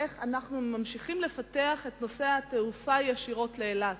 איך אנחנו ממשיכים לפתח את התעופה ישירות לאילת.